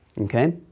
okay